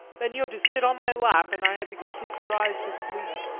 then you had to sit on my lap, and i had to kiss your eyes to sleep.